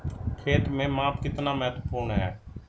खेत में माप कितना महत्वपूर्ण है?